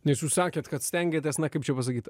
nes jūs sakėt kad stengiatės na kaip čia pasakyt